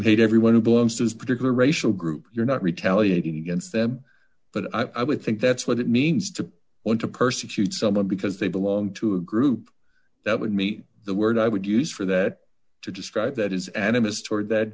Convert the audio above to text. hate everyone who belongs to a particular racial group you're not retaliating against them but i would think that's what it means to want to persecute someone because they belong to a group that would meet the word i would use for that to describe that is animus toward that